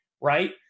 right